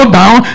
down